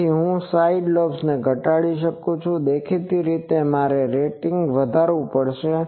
તેથી હું બાજુના લોબ્સ ને ઘટાડી શકું છું દેખીતી રીતે મારે રેટિંગ વધારવું પડશે